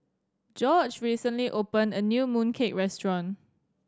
Gorge recently opened a new mooncake restaurant